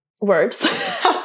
words